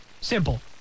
Simple